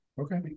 Okay